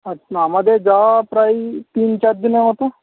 আচ্ছা আমাদের যাওয়া প্রায়ই তিন চারদিনের মতো